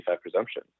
presumption